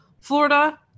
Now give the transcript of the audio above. florida